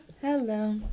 Hello